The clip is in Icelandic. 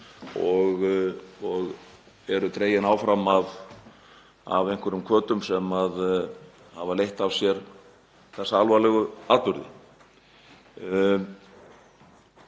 og eru dregin áfram af einhverjum hvötum sem hafa leitt af sér þessa alvarlegu atburði.